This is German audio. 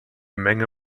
menge